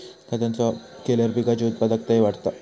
खतांचो वापर केल्यार पिकाची उत्पादकताही वाढता